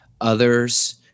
others